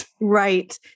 Right